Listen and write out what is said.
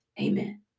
Amen